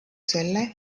selle